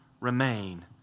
remain